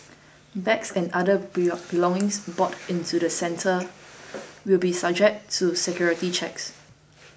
bags and other belongings brought into the centre will be subject to security checks